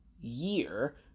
year